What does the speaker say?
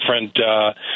different